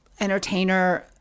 entertainer